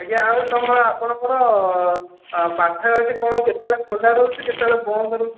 ଆଜ୍ଞା ଆଉ ତମର ଆପଣଙ୍କର ପାଠାଗାରା ଟି କଣ କେତେବେଳେ ଖୋଲା ରହୁଛି କେତେବେଳେ ବନ୍ଦ ରହୁଛି